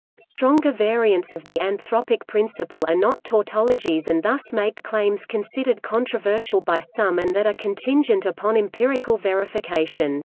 stronger variants of the anthropic principle are not tautologies and thus make claims considered controversial by some and that are contingent upon empirical verification.